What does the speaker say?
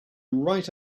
right